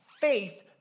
faith